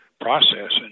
process